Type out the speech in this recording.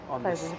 Pleasure